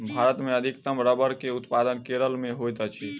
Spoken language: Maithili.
भारत मे अधिकतम रबड़ के उत्पादन केरल मे होइत अछि